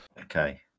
Okay